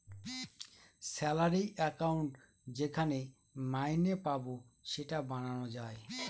salary account যেখানে মাইনে পাবো সেটা বানানো যায়